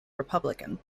republican